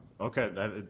Okay